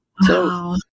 Wow